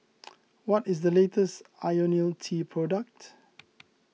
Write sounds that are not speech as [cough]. [noise] what is the latest Ionil T product